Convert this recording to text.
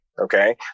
Okay